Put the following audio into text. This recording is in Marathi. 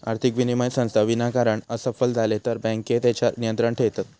आर्थिक विनिमय संस्था विनाकारण असफल झाले तर बँके तेच्यार नियंत्रण ठेयतत